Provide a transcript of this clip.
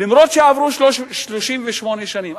אף-על-פי שעברו 38 שנים,